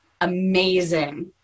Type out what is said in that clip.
amazing